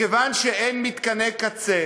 מכיוון שאין מתקני קצה